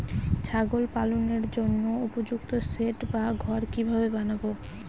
ছাগল পালনের জন্য উপযুক্ত সেড বা ঘর কিভাবে বানাবো?